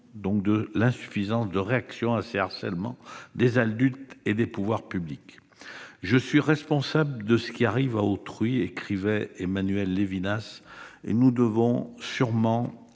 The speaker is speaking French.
fait de l'insuffisance de réaction de la part des adultes et des pouvoirs publics. « Je suis responsable de ce qui arrive à autrui », écrivait Emmanuel Levinas ; nous devons sûrement